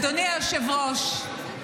אדוני היושב-ראש,